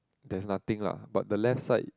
there is nothing lah but the left side